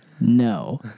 No